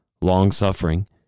long-suffering